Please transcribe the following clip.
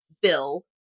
bill